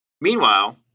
Meanwhile